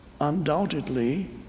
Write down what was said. Undoubtedly